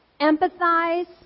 empathize